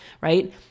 right